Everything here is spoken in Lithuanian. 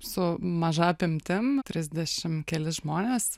su maža apimtim trisdešim kelis žmones